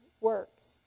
works